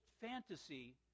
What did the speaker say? fantasy